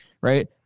right